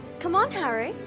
come on harry.